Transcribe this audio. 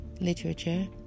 literature